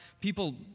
People